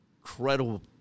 incredible